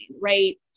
right